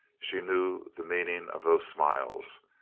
she knew the meaning of those smiles.